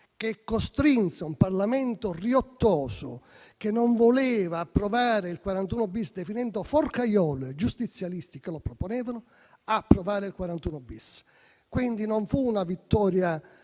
che costrinse un Parlamento riottoso, che non voleva approvare il 41-*bis* definendo forcaioli e giustizialisti coloro che lo proponevano, ad approvarlo. Non fu, quindi, una vittoria